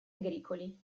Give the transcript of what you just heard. agricoli